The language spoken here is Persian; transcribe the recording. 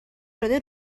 شده